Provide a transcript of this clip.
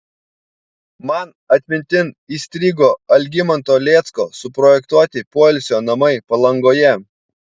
man atmintin įstrigo algimanto lėcko suprojektuoti poilsio namai palangoje